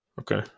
Okay